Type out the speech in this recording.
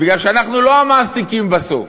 מפני שאנחנו לא המעסיקים בסוף.